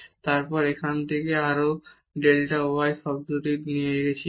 এবং তারপর এখান থেকেও আমরা এই ডেল্টা y শব্দটি দূরে নিয়ে গিয়েছি